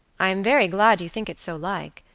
i'm very glad you think it so like.